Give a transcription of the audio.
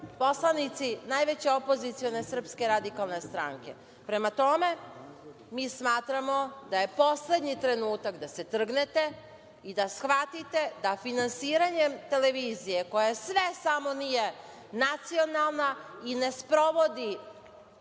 poslanici najveće opozicione SRS.Prema tome, mi smatramo da je poslednji trenutak da se trgnete i da shvatite da finansiranjem televizije, koja je sve samo nije nacionalna, i ne sprovodi